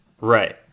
Right